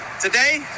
Today